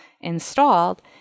installed